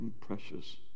precious